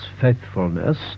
faithfulness